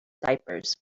diapers